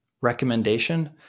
recommendation